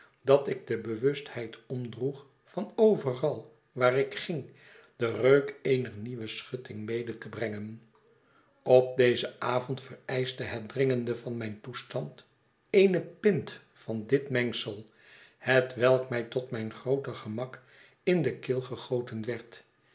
dat ik de bewustheid omdroeg van overal waar ik ging den reuk eener nieuwe schutting mede te brengen op dezen avond vereischte het dringende van mijn toestand eene pint van dit mengsel hetwelk mij tot mijn grooter gemak in de keel gegoten werd